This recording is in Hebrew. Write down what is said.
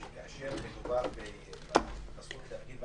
שכאשר מדובר בזכות להפגין,